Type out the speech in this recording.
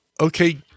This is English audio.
okay